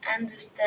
understand